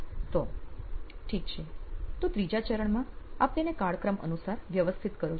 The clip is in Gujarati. ઠીક છે તો ત્રીજા ચરણમાં આપ તેને કાળક્રમ અનુસાર વ્યવસ્થિત કરો છો